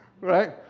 right